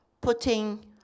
putting